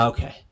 Okay